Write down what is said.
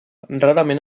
rarament